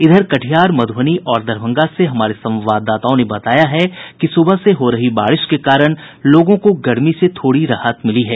इधर कटिहार मधुबनी और दरभंगा से हमारे संवाददाताओं ने बताया है कि सुबह से हो रही बारिश के कारण लोगों को गर्मी से थोड़ी राहत मिली है